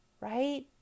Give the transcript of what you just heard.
Right